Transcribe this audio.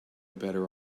better